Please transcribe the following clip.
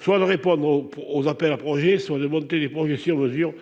soit de répondre aux appels à projets sont de monter des projets sur mesure,